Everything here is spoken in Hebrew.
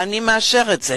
ואני מאשר זאת: